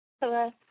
Hello